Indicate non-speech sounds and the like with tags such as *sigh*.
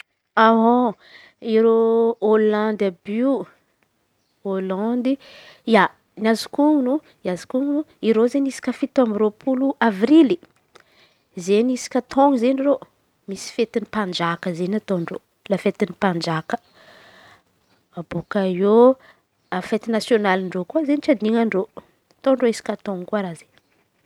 *hesitation* Holandy àby io, Holandy. Ia, ny azoko ono ny azoko ono ireo izen̈y isaky fito amby roapolo avrily izen̈y isaky tôno izen̈y reo misy fety mpanjaka zay ataôn-dreo lafetin'ny mpanjaka. Abôaka eo afety nasionalin-dreo koa izen̈y tsy adinan-dreo ataôn-dreo isaka taôno raha zay.